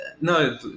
No